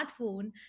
smartphone